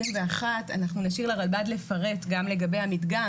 אנחנו נשאיר לרלב"ד לפרט גם לגבי המדגם